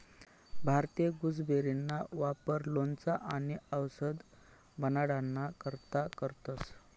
भारतीय गुसबेरीना वापर लोणचं आणि आवषद बनाडाना करता करतंस